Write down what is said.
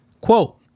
Quote